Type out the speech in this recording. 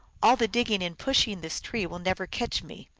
all the digging and pushing this tree will never catch me.